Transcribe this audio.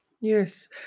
Yes